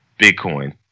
bitcoin